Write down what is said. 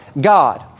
God